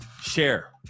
share